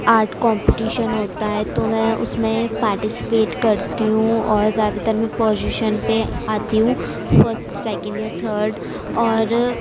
art competition ہوتا ہے تو میں اُس میں پارٹیسپیٹ کرتی ہوں اور زیادہ تر میں پوزیشن پہ آتی ہوں فسٹ سیکنڈ یا تھرڈ اور